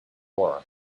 war